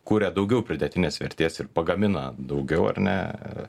kuria daugiau pridėtinės vertės ir pagamina daugiau ar ne